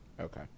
Okay